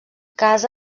casa